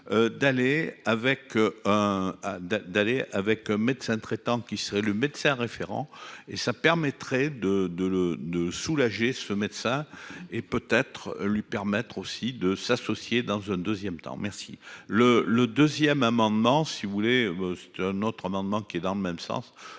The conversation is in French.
d'aller avec un médecin traitant qui serait le médecin référent et ça permettrait de, de le, de soulager ce médecin est peut-être lui permettre aussi de s'associer dans un 2ème temps merci le le 2ème amendement si vous voulez, c'est un autre amendement qui est dans le même sens,